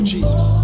Jesus